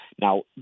Now